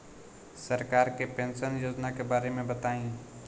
सरकार के पेंशन योजना के बारे में बताईं?